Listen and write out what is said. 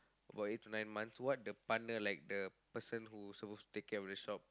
about eight to nine months what the partner like the person who is supposed to take care of the shop